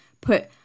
put